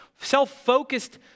self-focused